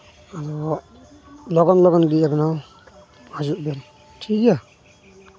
ᱞᱚᱜᱚᱱ ᱞᱚᱜᱚᱱ ᱜᱮ ᱟᱵᱮᱱ ᱦᱚᱸ ᱦᱟᱹᱡᱩᱜ ᱵᱮᱱ ᱴᱷᱤᱠ ᱜᱮᱭᱟ